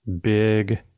big